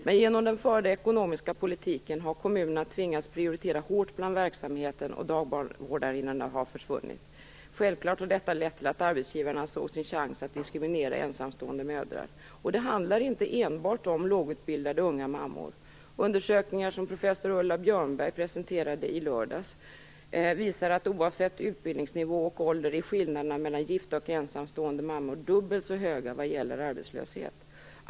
Men genom den förda ekonomiska politiken har kommunerna tvingats prioritera hårt bland verksamheten, och dagbarnvårdarinnorna har försvunnit. Självfallet har detta lett till att arbetsgivarna har sett sin chans till att diskriminera ensamstående mödrar. Och det handlar inte enbart om lågutbildade, unga mammor. Undersökningar som professor Ulla Björnberg presenterade i lördags visar att oavsett utbildningsnivå och ålder är skillnaderna mellan gifta och ensamstående mammor dubbelt så höga vad gäller arbetslöshet.